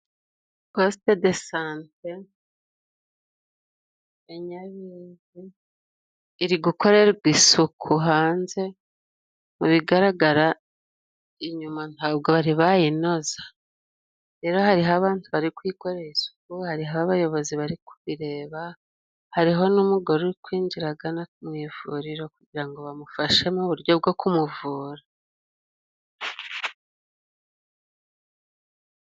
Positedosante iri gukorerwa isuku hanze, mu bigaragara inyuma ntabwo bari bayinoza. Rero hari abandi bari kuyikorera isuku, hari abayobozi bari kubireba, hariho n'umugore uri kwinjiraga mu ivuriro kugira ngo bamufashe mu buryo bwo kumuvura.